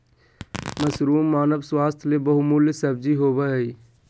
mushroom मानव स्वास्थ्य ले बहुमूल्य सब्जी होबय हइ